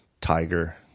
Tiger